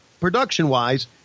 production-wise